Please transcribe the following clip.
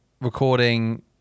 recording